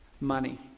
money